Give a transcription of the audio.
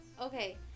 okay